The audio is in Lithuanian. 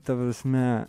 kai ta prasme